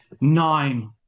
Nine